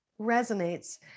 resonates